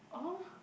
oh